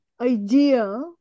idea